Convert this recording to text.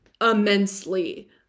immensely